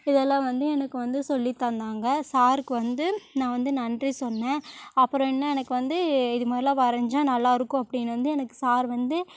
இதெல்லாம் வந்து எனக்கு வந்து சொல்லி தந்தாங்க சாருக்கு வந்து நான் வந்து நன்றி சொன்னேன் அப்புறம் என்ன எனக்கு வந்து இது மாதிரிலாம் வரைஞ்சால் நல்லா இருக்கும் அப்படின்னு வந்து எனக்கு சார் வந்து